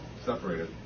separated